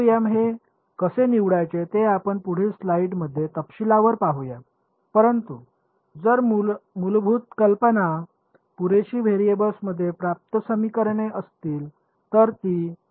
हे कसे निवडायचे ते आपण पुढील स्लाइड्स मध्ये तपशीलवार पाहूया परंतु जर मूलभूत कल्पना पुरेशी व्हेरिएबल्समध्ये पर्याप्त समीकरणे असतील तर ती उद्दीष्टिका ठीक आहे